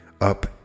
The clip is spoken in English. up